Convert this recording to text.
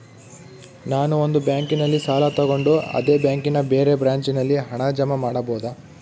ನಾನು ಒಂದು ಬ್ಯಾಂಕಿನಲ್ಲಿ ಸಾಲ ತಗೊಂಡು ಅದೇ ಬ್ಯಾಂಕಿನ ಬೇರೆ ಬ್ರಾಂಚಿನಲ್ಲಿ ಹಣ ಜಮಾ ಮಾಡಬೋದ?